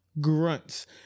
grunts